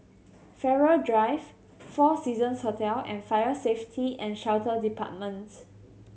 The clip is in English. Farrer Drive Four Seasons Hotel and Fire Safety And Shelter Department